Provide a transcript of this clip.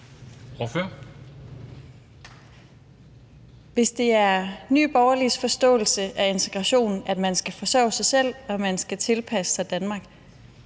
Hvis det er Nye Borgerliges forståelse af integration, at man skal forsørge sig selv, og at man skal tilpasse sig Danmark,